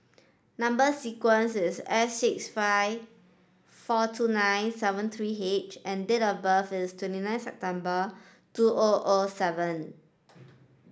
number sequence is S six five four two nine seven three H and date of birth is twenty nine September two O O seven